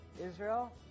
Israel